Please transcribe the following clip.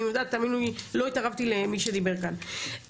לא התערבתי למי שדיבר כאן,